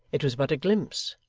it was but a glimpse,